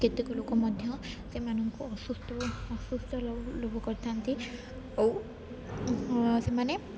କେତେକ ଲୋକ ମଧ୍ୟ ସେମାନଙ୍କୁ ଅସୁସ୍ଥ ଅସୁସ୍ଥ କରିଥାନ୍ତି ଓ ସେମାନେ